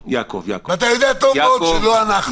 ואתה יודע טוב מאוד שלא אנחנו.